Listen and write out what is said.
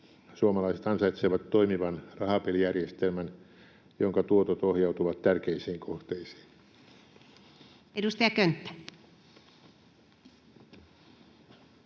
Suomalaiset ansaitsevat toimivan rahapelijärjestelmän, jonka tuotot ohjautuvat tärkeisiin kohteisiin. Edustaja Könttä.